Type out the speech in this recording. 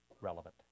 relevant